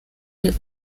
the